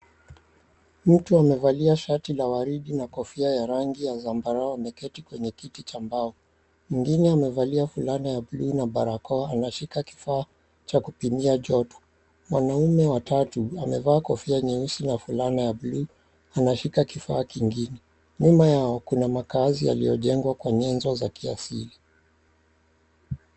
Mtu amevalia shati la waridi na kofia ya rangi ya zambarao ameketi kwenye kiti cha mbao. Mwingine amevalia fulana ya blue na barakoa anashika kifaa cha kupimia joto. Mwanaume wa tatu amevaa kofia nyeusi na fulana ya blue anashika kifaa kingine. Nyuma yao kuna makaazi yaliyojengwa kwa nyenzo za kiasili.